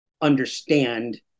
understand